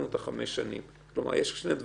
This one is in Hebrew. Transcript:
גם אנחנו מדברים על פער של שנים, שנתיים ושלוש.